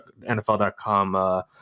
NFL.com